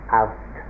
out